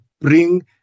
bring